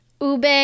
ube